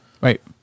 Right